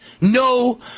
no